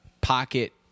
pocket